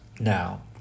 Now